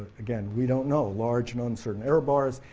again we don't know, large and uncertain error bars,